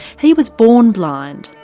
he was born blind.